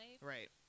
right